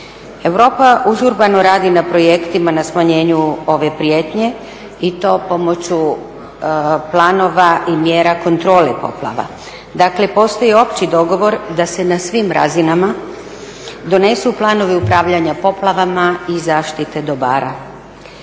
Europa užurbano radi na projektima na smanjenju ove prijetnje i to pomoću planova i mjera kontrole poplava, dakle postoji opći dogovor da se na svim razinama donesu planovi upravljanja poplavama i zaštite dobara.